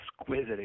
exquisite